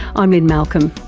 i'm lynne malcolm,